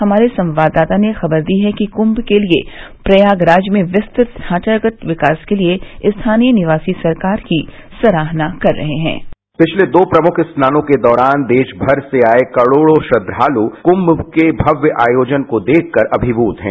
हमारे संवाददाता ने खबर दी है कि कुंभ के लिए प्रयागराज में विस्तृत ढांचागत विकास के लिए स्थानीय निवासी सरकार की सराहना कर रहे हें पिछले दो प्रमुख स्नानों के दौरान देशभर से आए करोड़ों श्रद्धालु कुम के भव्य आयोजन को देखकर अभिभूत हैं